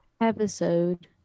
episode